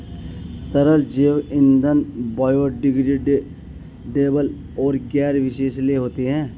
तरल जैव ईंधन बायोडिग्रेडेबल और गैर विषैले होते हैं